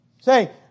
Say